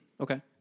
Okay